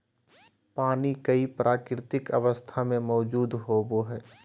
पानी कई प्राकृतिक अवस्था में मौजूद होबो हइ